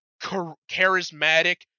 charismatic